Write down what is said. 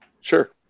Sure